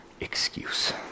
excuse